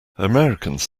americans